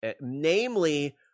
namely